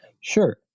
Sure